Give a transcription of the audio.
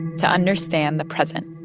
to understand the present